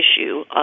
issue